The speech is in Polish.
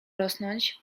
rosnąć